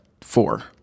four